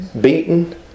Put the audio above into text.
beaten